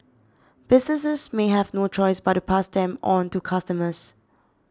businesses may have no choice but to pass them on to customers